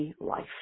life